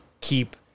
keep